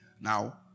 Now